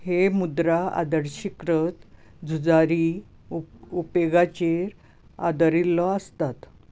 हे मुद्रा आदर्शीकृत झुजारी उप उपेगाचेर आदारिल्लो आसतात